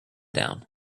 down